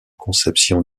conception